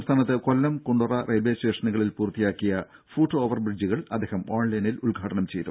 സംസ്ഥാനത്ത് കൊല്ലം കുണ്ടറ റെയിൽവെ സ്റ്റേഷനുകളിൽ പൂർത്തിയാക്കിയ ഫൂട്ട്ഓവർ ബ്രിഡ്ജുകൾ അദ്ദേഹം ഓൺലൈനിൽ ഉദ്ഘാടനം ചെയ്തു